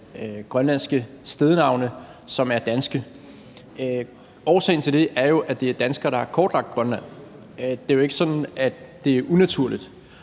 grønlandske stednavne, som er danske. Årsagen til det er jo, at det er danskere, der har kortlagt Grønland. Det er jo ikke sådan, at det er unaturligt.